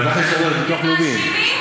פתחתי סוגריים: ביטוח לאומי.